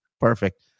Perfect